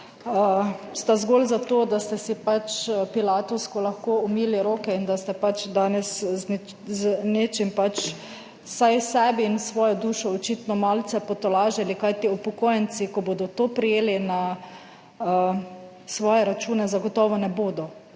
sta zgolj zato, da ste si pač pilatovsko lahko umili roke in da ste pač danes z nečim pač vsaj sebi in svojo dušo očitno malce potolažili. Kajti upokojenci, ko bodo to prijeli na svoje račune, zagotovo ne bodo,